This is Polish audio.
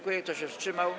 Kto się wstrzymał?